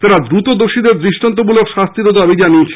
তারা দ্রুত দোষীদের দৃষ্টান্তমূলক শাস্তিরও দাবি জানিয়েছে